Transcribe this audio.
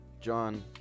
John